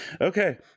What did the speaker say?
okay